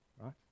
right